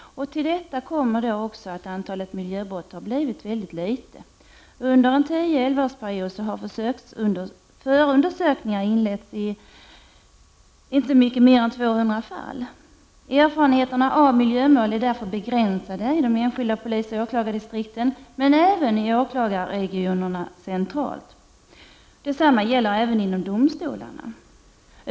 Till detta kommer att antalet miljömål är mycket litet. Under en tioårsperiod har förundersökningar inletts i inte mycket mer än 200 fall. Erfarenheterna av miljömål är därför begränsade i de enskilda polisoch åklagardistrikten, men även i åklagarregionerna och centralt. Detsamma gäller även inom domstolarna.